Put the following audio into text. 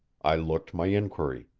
i looked my inquiry.